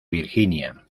virginia